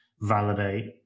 validate